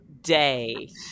day